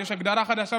יש הגדרה חדשה בישראל.